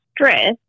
stress